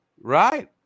Right